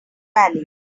valley